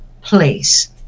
place